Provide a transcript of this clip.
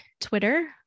Twitter